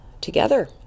together